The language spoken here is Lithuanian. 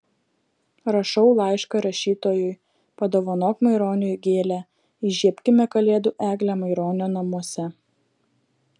rašau laišką rašytojui padovanok maironiui gėlę įžiebkime kalėdų eglę maironio namuose